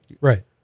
Right